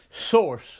source